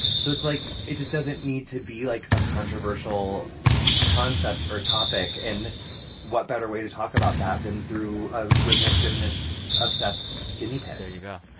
so it's like, it just doesn't need to be, like, a controversial concept or topic. and what better way to talk about that than through a rhythmic-gymnast-obsessed ah guinea guinea pig? there you go.